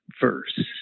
verse